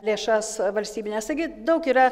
lėšas valstybines taigi daug yra